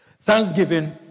Thanksgiving